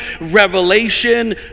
revelation